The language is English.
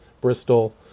Bristol